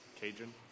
Cajun